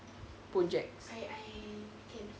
projects